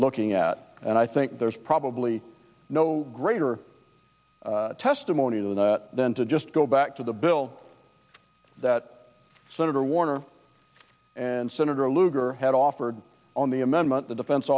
looking at and i think there's probably no greater testimony than to just go back to the bill that senator warner and senator lugar had offered on the amendment the defense